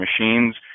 machines